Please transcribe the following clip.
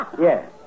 Yes